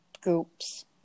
groups